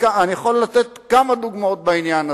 אני יכול לתת כמה דוגמאות בעניין הזה.